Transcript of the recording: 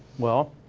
well.